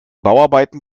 bauarbeiten